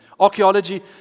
Archaeology